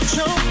Show